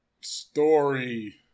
Story